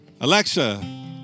Alexa